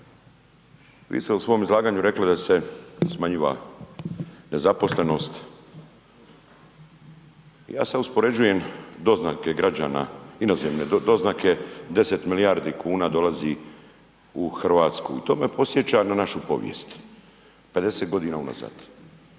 vi ste u svom izlaganju rekli da se smanjiva nezaposlenost, ja sad uspoređujem doznake građana, inozemne doznake, 10 milijardi kuna dolazi u RH i to me podsjeća na našu povijest, 50.g. unazad,